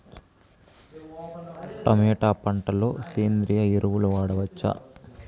Tomato పంట లో సేంద్రియ ఎరువులు వాడవచ్చా?